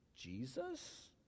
Jesus